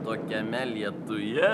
tokiame lietuje